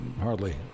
Hardly